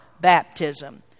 baptism